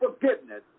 forgiveness